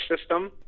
system